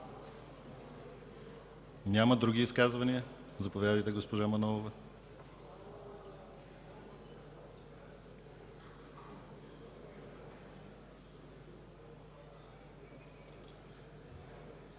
Няма. Други изказвания? Заповядайте, госпожо Манолова.